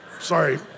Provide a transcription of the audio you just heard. Sorry